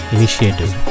Initiative